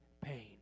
pain